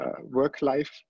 Work-life